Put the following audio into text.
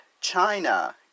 China